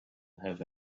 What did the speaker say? have